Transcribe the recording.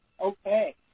Okay